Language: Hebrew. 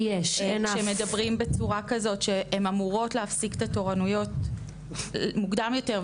שמדברים בצורה כזאת שהן אמורות להפסיק את התורנויות מוקדם יותר,